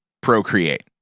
procreate